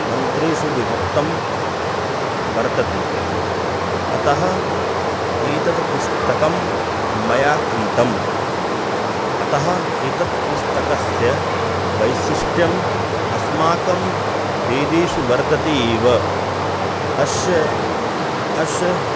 मन्त्रेषु विभक्तं वर्तते अतः एतद् पुस्तकं मया क्रीतम् अतः एतत् पुस्तकस्य वैशिष्ट्यम् अस्माकं वेदेषु वर्तते एव अस्य अस्य